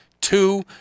two